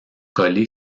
collée